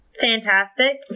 Fantastic